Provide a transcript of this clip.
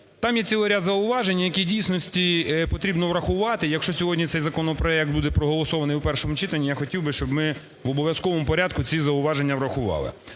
Там є цілий ряд зауважень, які в дійсності потрібно врахувати, якщо сьогодні цей законопроект буде проголосований в першому читанні, я хотів би, щоб ми в обов'язковому порядку ці зауваження врахували.